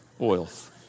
Oils